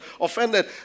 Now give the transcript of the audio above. Offended